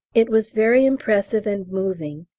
it was very impressive and moving,